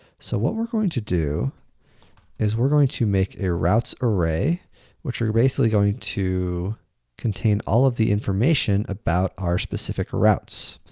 so, what we're going to do is we're going to make a routes array which are basically going to contain all of the information about our specific routes.